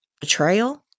betrayal